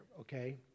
okay